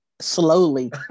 slowly